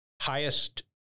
highest